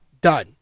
done